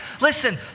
Listen